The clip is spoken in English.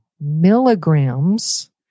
milligrams